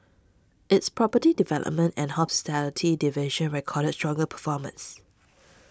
its property development and hospitality divisions recorded stronger performances